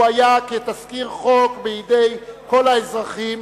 הוא היה כתזכיר חוק בידי כל האזרחים.